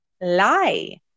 lie